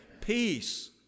peace